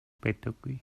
байдаггүй